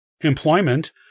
employment